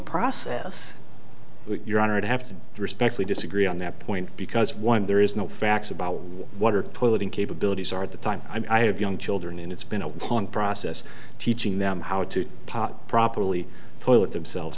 process your honor i'd have to respectfully disagree on that point because one there is no facts about what are polluting capabilities are at the time i have young children and it's been a long process teaching them how to properly toilet themselves